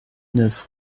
neuf